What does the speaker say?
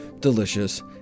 delicious